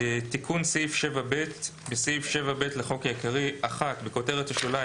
תיקון סעיף 7ב 5. בסעיף 7ב לחוק העיקרי - (1)בכותרת השוליים,